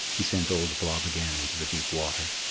he sent old blob again into the deep water.